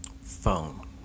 Phone